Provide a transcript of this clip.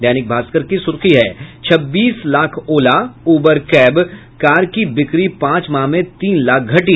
दैनिक भास्कर की सुर्खी है छब्बीस lakh Ola Uber cab car की बिक्री पांच माह में तीन लाख घटी